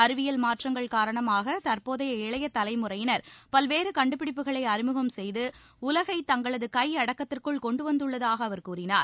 அறிவியல் மாற்றங்கள் காரணமாக தற்போதைய இளைய தலைமுறையினர் பல்வேறு கண்டுபிடிப்புகளை அறிமுகம் செய்து உலகை தங்களது கையடக்கத்திற்குள் கொண்டு வந்துள்ளதாக அவர் கூறினார்